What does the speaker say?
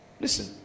Listen